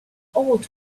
old